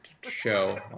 show